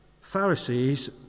Pharisees